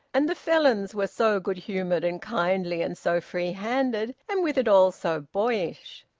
and the felons were so good-humoured and kindly and so free-handed, and, with it all, so boyish!